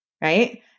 right